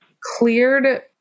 cleared